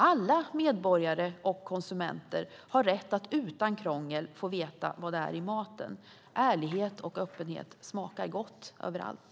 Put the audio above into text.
Alla medborgare och konsumenter har rätt att utan krångel få veta vad det är i maten. Ärlighet och öppenhet smakar gott överallt.